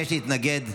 להתנגד,